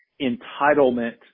entitlement